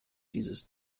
dieses